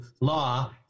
law